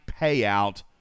payout